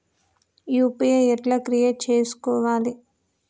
UPI ఎట్లా create చేసుకోవాలి?